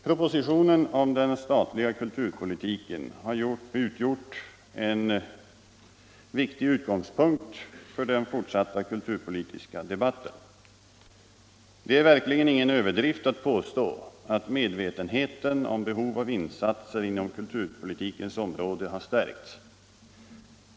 Propositionen om den statliga kulturpolitiken har utgjort en viktig utgångspunkt för den fortsatta kulturpolitiska debatten. Det är verkligen ingen överdrift att påstå att medvetenheten om behovet av insatser inom kulturpolitikens område har stärkts.